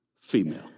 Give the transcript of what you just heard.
female